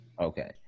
Okay